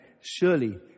surely